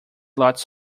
lots